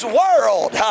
world